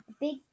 big